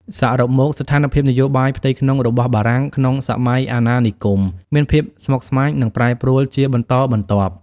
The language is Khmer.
សរុបមក ស្ថានភាពនយោបាយផ្ទៃក្នុងរបស់បារាំងក្នុងសម័យអាណានិគម មានភាពស្មុគស្មាញ និងប្រែប្រួលជាបន្តបន្ទាប់។